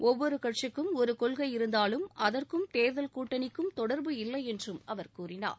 ஒவ்வொரு கட்சிக்கும் ஒரு கொள்கை இருந்தாலும் அதற்கும் தேர்தல் கூட்டணிக்கும் தொடர்பு இல்லை என்றும் அவர் கூறினார்